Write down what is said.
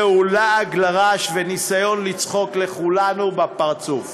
זהו לעג לרש וניסיון לצחוק לכולנו בפרצוף.